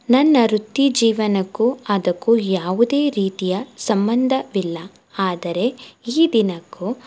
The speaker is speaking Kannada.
ನನ್ನ ವೃತ್ತಿ ಜೀವನಕ್ಕೂ ಅದಕ್ಕೂ ಯಾವುದೇ ರೀತಿಯ ಸಂಬಂಧವಿಲ್ಲ ಆದರೆ ಈ ದಿನಕ್ಕೂ